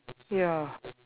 ya